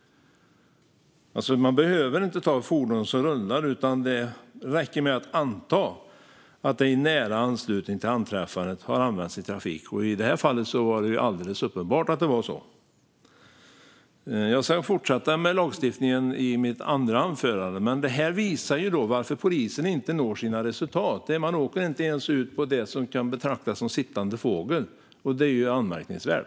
Man behöver alltså inte ta ett fordon som rullar, utan det räcker med att anta att det i nära anslutning till anträffandet har använts i trafik. I det här fallet var det ju alldeles uppenbart att det var så. Jag ska fortsätta med lagstiftningen i mitt andra anförande. Detta visar dock varför polisen inte når sina resultat. Man åker inte ens ut på det som kan betraktas som en sittande fågel, och det är anmärkningsvärt.